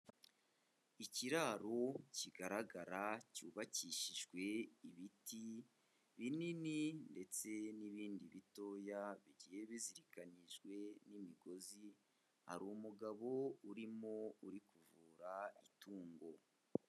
Ikiraro kigaragara cyubakishijwe ibiti binini ndetse n'ibindi bitoya bigiye bizirikanyijwe n'imigozi, hari umugabo urimo uri kuvura itungo.